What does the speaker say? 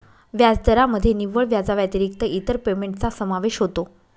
व्याजदरामध्ये निव्वळ व्याजाव्यतिरिक्त इतर पेमेंटचा समावेश होतो